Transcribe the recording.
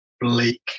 bleak